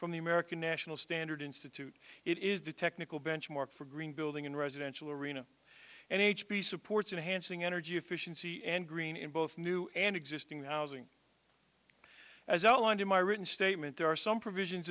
from the american national standard institute it is the technical benchmark for green building in residential arena and h p supports and hansing energy efficiency and green in both new and existing housing as outlined in my written statement there are some provisions